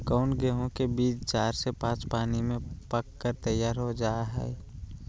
कौन गेंहू के बीज चार से पाँच पानी में पक कर तैयार हो जा हाय?